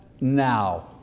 now